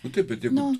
nutepi dienos